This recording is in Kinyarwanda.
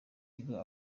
kigo